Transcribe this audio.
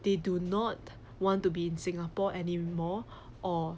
they do not want to be in singapore anymore or